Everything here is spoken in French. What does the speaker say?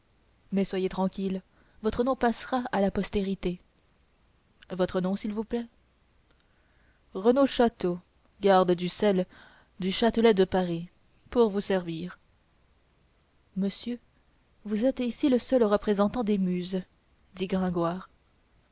mais soyez tranquille votre nom passera à la postérité votre nom s'il vous plaît renault château garde du scel du châtelet de paris pour vous servir monsieur vous êtes ici le seul représentant des muses dit gringoire